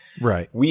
Right